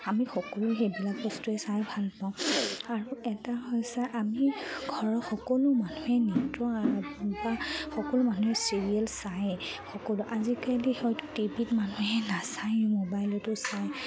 আমি সকলোৱে সেইবিলাক বস্তুৱে চাই ভাল পাওঁ আৰু এটা হৈছে আমি ঘৰৰ সকলো মানুহে নৃত্য আৰু বা সকলো মানুহে চিৰিয়েল চায়েই সকলো আজিকালি হয়তো টি ভিত মানুহে নাচায় মোবাইলতো চায়